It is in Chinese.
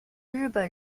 日本